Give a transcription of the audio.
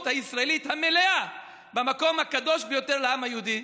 הישראלית המלאה במקום הקדוש ביותר לעם היהודי,